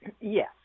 yes